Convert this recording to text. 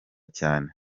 cyane